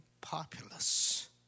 populous